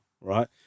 right